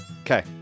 Okay